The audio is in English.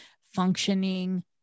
functioning